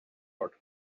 road